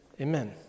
Amen